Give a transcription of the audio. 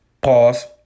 Pause